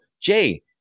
Jay